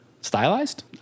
stylized